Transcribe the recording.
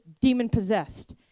demon-possessed